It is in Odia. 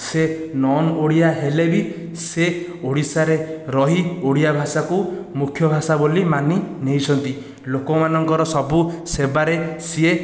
ସେ ନନ୍ ଓଡ଼ିଆ ହେଲେ ବି ସେ ଓଡ଼ିଶାରେ ରହି ଓଡ଼ିଆ ଭାଷାକୁ ମୁଖ୍ୟ ଭାଷା ବୋଲି ମାନି ନେଇଛନ୍ତି ଲୋକମାନଙ୍କର ସବୁ ସେବାରେ ସିଏ